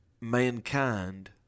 mankind